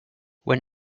when